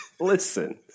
Listen